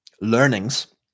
learnings